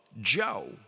Joe